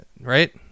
Right